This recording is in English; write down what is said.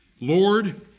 Lord